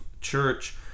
church